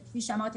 כי כפי שאמרתי,